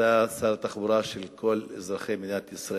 אתה שר התחבורה של כל אזרחי מדינת ישראל,